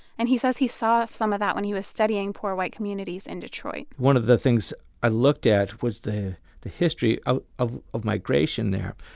and he says he saw some of that when he was studying poor white communities in detroit one of the things i looked at was the the history ah of of migration there.